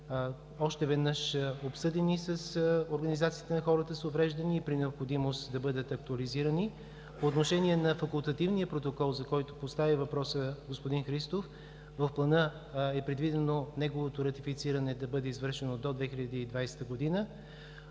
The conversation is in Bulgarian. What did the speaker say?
още веднъж обсъдени с организациите на хората с увреждания и при необходимост да бъдат актуализирани. По отношение на Факултативния протокол, за който постави въпросът господин Христов, в плана е предвидено неговото ратифициране да бъде извършено до 2020 г.